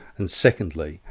and secondly,